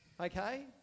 okay